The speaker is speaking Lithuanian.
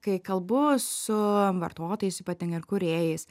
kai kalbu su vartotojais ypatingai ar kūrėjais